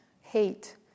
hate